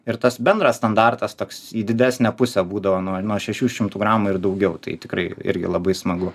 ir tas bendras standartas toks į didesnę pusę būdavo nuo šešių šimtų gramų ir daugiau tai tikrai irgi labai smagu